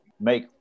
Make